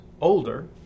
older